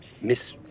Miss